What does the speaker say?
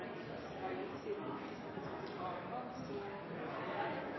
er imot en avgift på